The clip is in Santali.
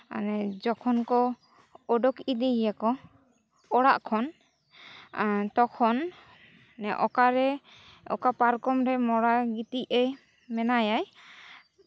ᱢᱟᱱᱮ ᱡᱚᱠᱷᱚᱱ ᱠᱚ ᱩᱰᱩᱠ ᱤᱫᱤᱭᱮᱭᱟᱠᱚ ᱚᱲᱟᱜ ᱠᱷᱚᱱ ᱛᱚᱠᱷᱚᱱ ᱚᱠᱟᱨᱮ ᱚᱠᱟ ᱯᱟᱨᱠᱚᱢ ᱨᱮ ᱢᱚᱬᱟ ᱜᱤᱛᱤᱡ ᱮᱭ ᱢᱮᱱᱟᱭᱟᱭ